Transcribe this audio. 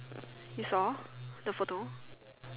you saw the photo